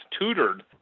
tutored